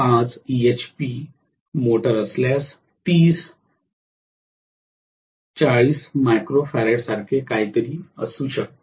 5 HP motor असल्यास 30 40 micro फॅरॅडसारखे काहीतरी असू शकते